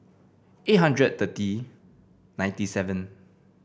eight hundred thirty ninety seven